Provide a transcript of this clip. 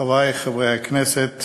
חברי חברי הכנסת